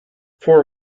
for